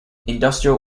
industrial